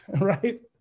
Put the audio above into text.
right